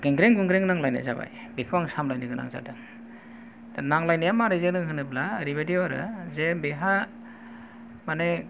गेंग्रें गुंग्रें नांलायनाय जाबाय बेखौ आं सामलायनो गोनां जादों दा नांलायनाया मारै जादों होनोब्ला ओरैबादियाव आरो जे बेहा माने